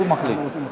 הוא מחליט.